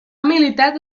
militat